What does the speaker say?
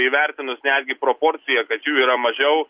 įvertinus netgi proporciją kad jų yra mažiau